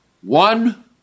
one